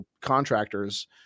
contractors